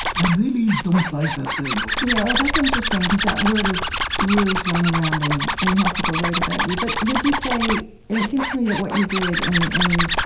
i really don't like that label you know that's interesting, because that word is really thrown around in in how people write about you. but would you say it seems to me that what you did in in